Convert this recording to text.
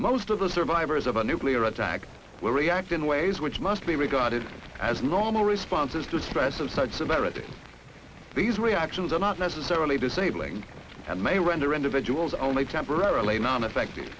most of the survivors of a nuclear attack will react in ways which must be regarded as normal responses to stress and such severity these reactions are not necessarily disabling and may render individuals only temporarily non effect